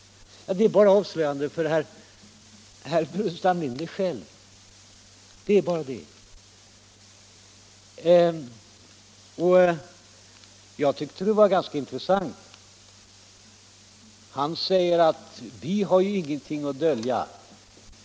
Detta är bara avslöjande för herr Burenstam Linder själv. Jag tycker det är ganska intressant när herr Burenstam Linder säger: ”Vi har ingenting att dölja.